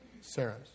Sarah's